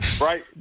Right